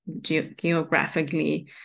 geographically